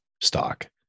stock